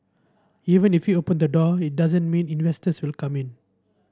even if him open the door it doesn't mean investors will come in